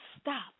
stop